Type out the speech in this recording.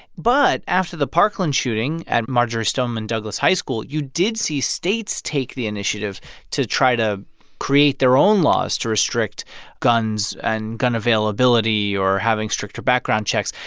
but after the parkland shooting at marjory stoneman douglas high school, you did see states take the initiative to try to create their own laws to restrict guns and gun availability or having stricter background checks.